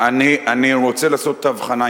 אני רוצה לעשות את ההבחנה,